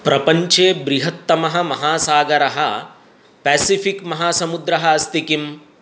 प्रपञ्चे बृहत्तमः महासागरः पेसिफ़िक् महासमुद्रः अस्ति किम्